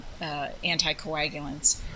anticoagulants